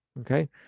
Okay